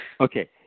Okay